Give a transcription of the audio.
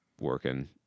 working